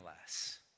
less